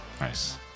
nice